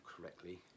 correctly